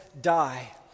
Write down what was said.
die